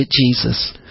Jesus